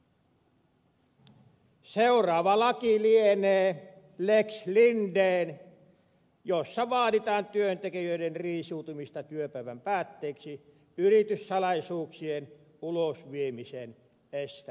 seuraava laki lienee lex linden jossa vaaditaan työntekijöiden riisuutumista työpäivän päätteeksi yrityssalaisuuksien ulosviemisen estämiseksi